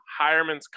Hireman's